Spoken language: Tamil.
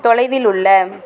தொலைவில் உள்ள